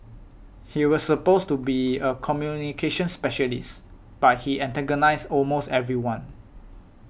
he was supposed to be a communications specialist but he antagonised almost everyone